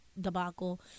debacle